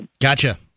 Gotcha